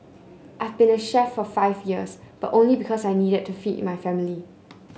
I've been a chef for five years but only because I needed to feed my family